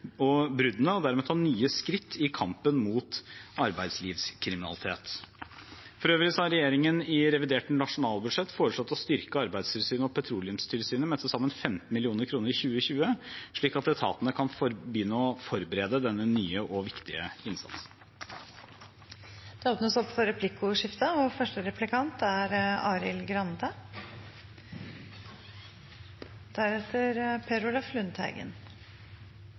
bruddene og dermed ta nye skritt i kampen mot arbeidslivskriminalitet. For øvrig har regjeringen i revidert nasjonalbudsjett foreslått å styrke Arbeidstilsynet og Petroleumstilsynet med til sammen 15 mill. kr i 2020, slik at etatene kan begynne å forberede denne nye og viktige innsatsen. Det blir replikkordskifte.